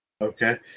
Okay